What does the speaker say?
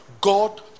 God